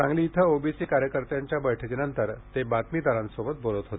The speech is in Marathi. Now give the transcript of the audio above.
सांगली येथे ओबीसी कार्यकर्त्यांच्या बैठकीनंतर ते बातमीदारांसोबत बोलत होते